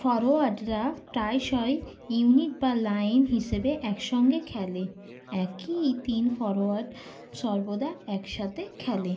ফরোয়ার্ডরা প্রায়শই ইউনিট বা লাইন হিসেবে একসঙ্গে খেলে একই তিন ফরোয়ার্ড সর্বদা একসাথে খেলে